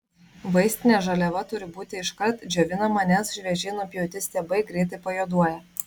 vaistinė žaliava turi būti iškart džiovinama nes šviežiai nupjauti stiebai greitai pajuoduoja